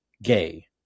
Gay